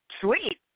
sweet